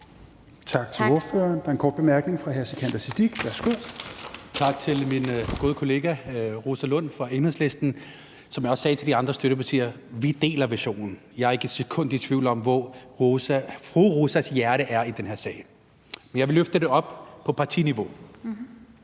Tak til ordføreren. Der er en kort bemærkning fra hr. Sikandar Siddique. Værsgo. Kl. 14:18 Sikandar Siddique (FG): Tak til min gode kollega fru Rosa Lund fra Enhedslisten. Som jeg også sagde til de andre støttepartier: Vi deler visionen. Jeg er ikke et sekund i tvivl om, hvor fru Rosa Lunds hjerte er i den her sag. Men jeg vil løfte det op på partiniveau.